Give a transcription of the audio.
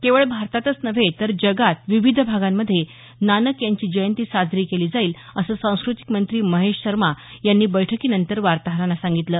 केवळ भारतातच नव्हे तर जगात विविध भागांमध्ये नानक यांची जयंती साजरी केली जाईल असं सांस्कृतिक मंत्री महेश शर्मा यांनी बैठकीनंतर वार्ताहरांना सांगितलं